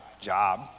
job